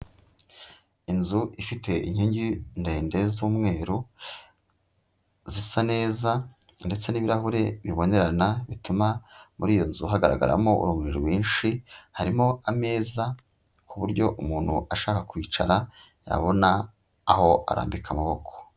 Inzu ifite inkingi ndende z'umweru zisa neza ndetse n'ibirahure bibonerana bituma muri iyo nzu hagaragaramo urumuri rwinshi, harimo ameza ku buryo umuntu ashaka kwicara yabona aho arambika amaboko.